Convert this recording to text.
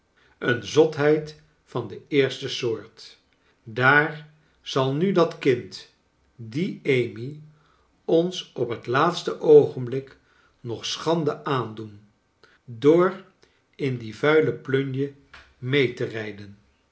een zotheid van de eerste soort daar zal nu dat kind die amy ons op het laatste oogenblik nog schande aandoen door in die vuile plunje mee chaeles dickens te rijden